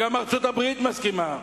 גם ארצות-הברית מסכימה.